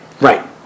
right